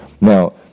Now